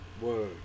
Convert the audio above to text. Word